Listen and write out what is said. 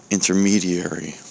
intermediary